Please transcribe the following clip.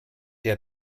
der